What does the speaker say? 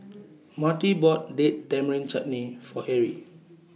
Marty bought Date Tamarind Chutney For Erie